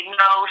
no